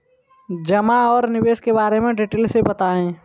जमा और निवेश के बारे में डिटेल से बताएँ?